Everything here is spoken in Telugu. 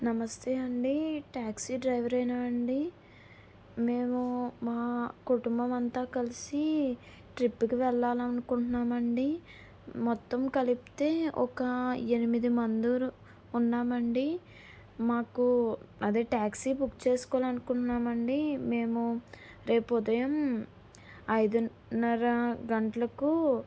నమస్తే అండీ ట్యాక్సీ డ్రైవరేనా అండి మేము మా కుటుంబం అంతా కలిసి ట్రిప్కి వెళ్ళాలనుకుంటున్నామండి మొత్తం కలిపితే ఒక ఎనిమిది మంది ఉన్నామండి మాకు అదే ట్యాక్సీ బుక్ చేసుకోవాలనుకున్నామండి మేము రేపు ఉదయం ఐదున్నర గంటలకు